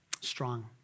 strong